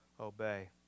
obey